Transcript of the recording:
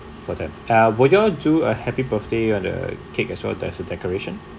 for the uh would you all do a happy birthday on the cake as well as a decoration